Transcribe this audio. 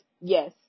yes